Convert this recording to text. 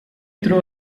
throw